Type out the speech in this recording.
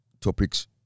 topics